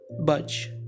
budge